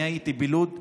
אני הייתי בלוד.